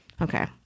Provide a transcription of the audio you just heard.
Okay